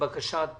כי זה מאוד חשוב.